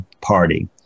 party